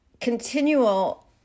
continual